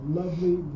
lovely